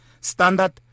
Standard